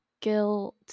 guilt